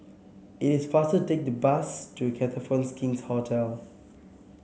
it is faster take the bus to Copthorne's King's Hotel